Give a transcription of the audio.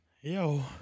Yo